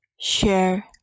share